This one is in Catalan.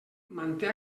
manté